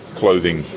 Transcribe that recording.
clothing